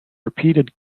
repeated